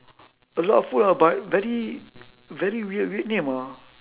a lot of food ah but very very weird weird name ah